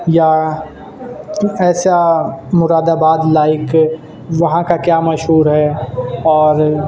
یا ایسا Moradabad like وہاں کا کیا مشہور ہے اور